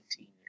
19